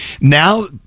Now